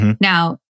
Now